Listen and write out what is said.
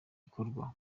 gikorwa